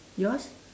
yours